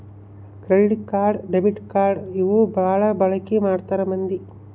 credit card debit card ಇವು ಬಾಳ ಬಳಿಕಿ ಮಾಡ್ತಾರ ಮಂದಿ